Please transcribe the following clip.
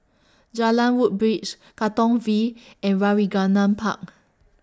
Jalan Woodbridge Katong V and Park